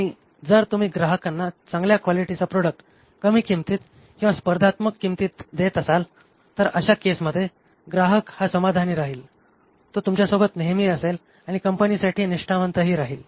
आणि जर तुम्ही ग्राहकांना चांगल्या क्वालिटीचा प्रॉडक्ट कमी किंमतीत किंवा स्पर्धात्मक किंमतीत देत असाल तर अशा केसमध्ये ग्राहक हा समाधानी राहील तो तुमच्यासोबत नेहमी असेल आणि कंपनीसाठी निष्ठावंतही राहील